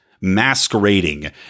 masquerading